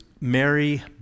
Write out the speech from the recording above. Mary